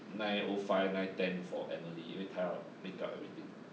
nine O five nine ten for emily 因为他要 makeup everything